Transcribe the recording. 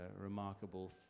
remarkable